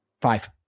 five